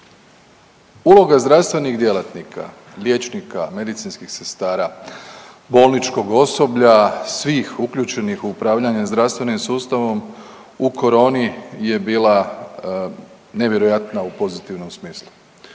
uloga zdravstvenih djelatnika, liječnika, medicinskih sestara, bolničkog osoblja, svih uključenih u upravljanje zdravstvenim sustavom u koroni je bila nevjerojatna u pozitivnom smislu.